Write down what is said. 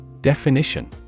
Definition